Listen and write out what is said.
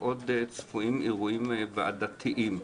ועוד צפויים אירועים ועדתיים.